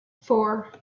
four